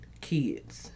kids